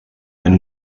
than